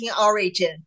origin